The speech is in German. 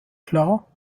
klar